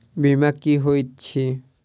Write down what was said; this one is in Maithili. बीमा की होइत छी?